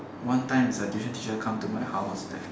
one time is the tuition teacher come to my house